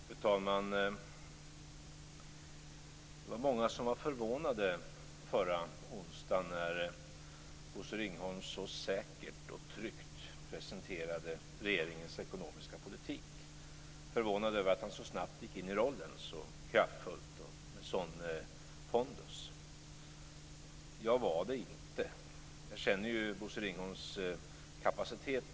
Fru talman! Det var många som var förvånade förra onsdagen, när Bosse Ringholm så säkert och tryggt presenterade regeringens ekonomiska politik, över att han så snabbt gick in i rollen, så kraftfullt och med sådan pondus. Jag var inte förvånad; jag känner Bosse Ringholms kapacitet.